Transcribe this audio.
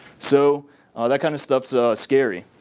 so that kind of stuff is scary.